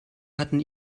hatten